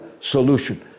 solution